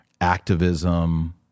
activism